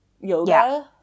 yoga